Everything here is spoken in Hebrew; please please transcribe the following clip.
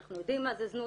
אנחנו יודעים מה זה זנות,